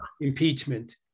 impeachment